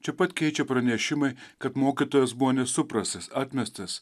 čia pat keičia pranešimai kad mokytojas buvo nesuprastas atmestas